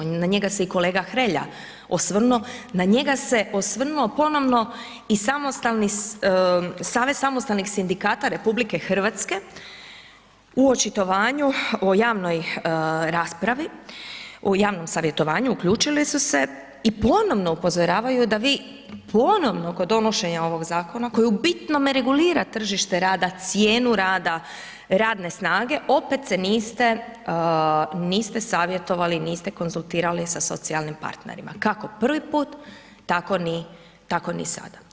I na njega se i kolega Hrelja osvrnuo, na njega se osvrnuo ponovno i Savez samostalnih sindikata RH u očitovanju o javnoj raspravi, o javnom savjetovanju uključili su se i ponovno upozoravaju da vi ponovo kod donošenja ovog zakona koji u bitnome regulira tržište rada, cijenu rada radne snage opet se niste savjetovali, niste konzultirali sa socijalnim partnerima, kako prvi put, tako ni sada.